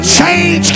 change